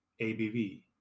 ABV